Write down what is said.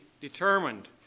determined